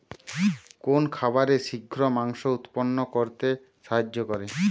কোন খাবারে শিঘ্র মাংস উৎপন্ন করতে সাহায্য করে?